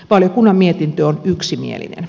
valiokunnan mietintö on yksimielinen